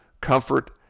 comfort